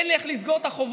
אין לי איך לסגור את החובות?